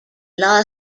law